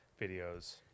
videos